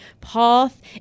path